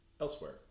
elsewhere